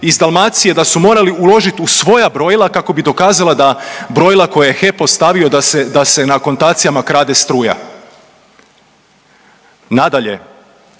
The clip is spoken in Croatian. iz Dalmacije da su morali uložiti u svoja brojila kako bi dokazala da brojila koja je HEP ostavio da se na akontacijama krade struja. Nadalje,